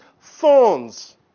thorns